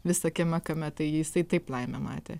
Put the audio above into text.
visokiame kame tai jisai taip laimę matė